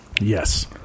Yes